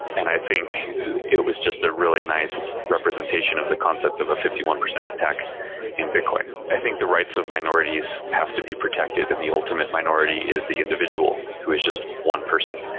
and i think it was just a really nice representation of the concept of a fifty one percent attack in bitcoin. i think the rights of minorities have to be protected, and the ultimate minority is the individual, who is just one person.